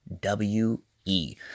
W-E